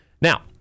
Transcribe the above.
Now